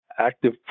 active